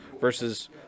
versus